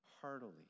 heartily